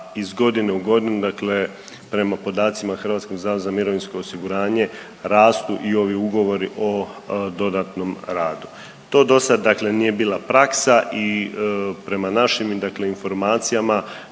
Hrvatskog zavoda za mirovinsko osiguranje,